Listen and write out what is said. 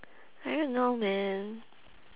I don't know man